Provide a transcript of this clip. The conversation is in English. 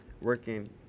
Working